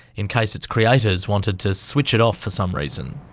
in case its creators wanted to switch it off for some reason.